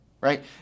right